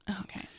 Okay